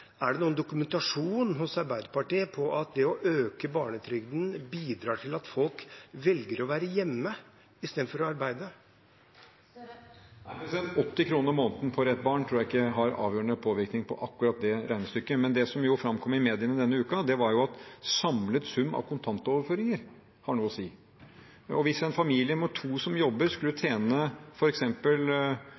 Er det noen dokumentasjon hos Arbeiderpartiet på at det å øke barnetrygden bidrar til at folk velger å være hjemme i stedet for å arbeide? Nei, 80 kr måneden for ett barn tror jeg ikke har avgjørende påvirkning på akkurat det regnestykket. Men det som framkom i mediene denne uken, var at samlet sum av kontantoverføringer har noe å si. Hvis en familie med to som jobber, skulle tjene